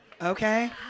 Okay